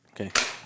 okay